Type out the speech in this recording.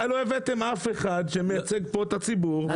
לא הבאתם אף אחד שמייצג פה את הציבור,